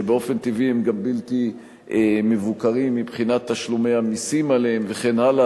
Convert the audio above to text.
שבאופן טבעי הם גם בלתי מבוקרים מבחינת תשלומי המסים עליהם וכן הלאה,